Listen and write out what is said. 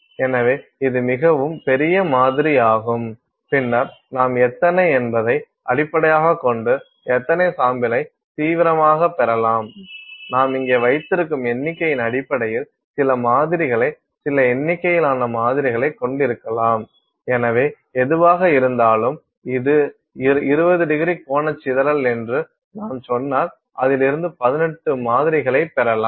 எனவே இது மிகவும் பெரிய மாதிரியாகும் பின்னர் நாம் எத்தனை என்பதை அடிப்படையாகக் கொண்டு எத்தனை சாம்பிளை தீவிரமாகப் பெறலாம் நாம் இங்கே வைத்திருக்கும் எண்ணிக்கையின் அடிப்படையில் சில மாதிரிகளை சில எண்ணிக்கையிலான மாதிரிகளைக் கொண்டிருக்கலாம் எனவே எதுவாக இருந்தாலும் இது இது 20º கோணச் சிதறல் என்று நாம் சொன்னால் அதில் இருந்து 18 மாதிரிகளை பெறலாம்